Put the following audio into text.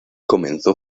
comenzó